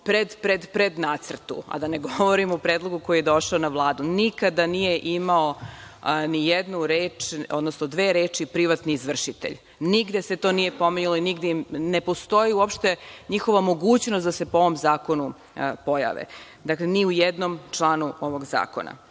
jednom svom prednacrtu, a da ne govorim o predlogu koji je došao na Vladu, nikada nije imao ni jednu reč, odnosno dve reči – privatni izvršitelj. Nigde se to nije pominjalo i ne postoji uopšte njihova mogućnost da se po ovom zakonu pojave. Dakle, ni u jednom članu ovog zakona. Da